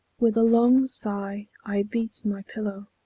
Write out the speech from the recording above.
with a long sigh, i beat my pillow,